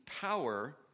power